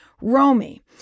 Romy